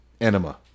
enema